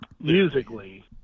musically